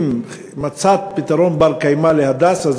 אם מצאת פתרון בר-קיימא ל"הדסה",